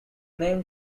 name